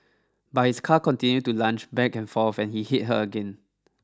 but his car continued to lunge back and forth and he hit her again